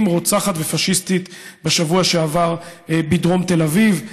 "רוצחת" ו"פאשיסטית" בשבוע שעבר בדרום תל אביב,